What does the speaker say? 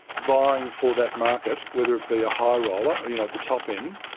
vying for that market, whether it be a high roller, you know, at the top end,